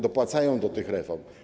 Dopłacają do tych reform.